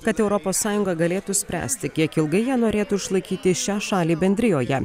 kad europos sąjunga galėtų spręsti kiek ilgai jie norėtų išlaikyti šią šalį bendrijoje